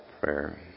prayer